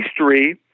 three